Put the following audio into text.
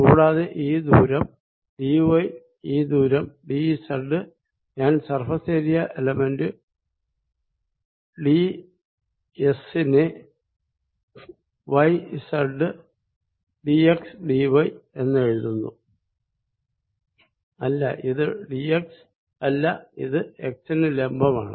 കൂടാതെ ഈ ദൂരം ഡി വൈ ഈ ദൂരം ഡി സെഡ് ഞാൻ സർഫേസ് ഏരിയ എലെമെന്റ് ഡിഎസ് നെ Y Z D X D Y എന്ന് എഴുതുന്നു അല്ല ഇത് ഡി എക്സ് അല്ല ഇത് എക്സ് ന് ലംബമാണ്